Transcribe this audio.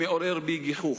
מעורר בי גיחוך.